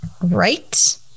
right